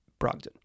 Brogdon